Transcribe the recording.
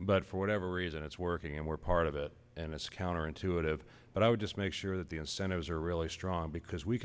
but for whatever reason it's working and we're part of it and it's counterintuitive but i would just make sure that the incentives are really strong because we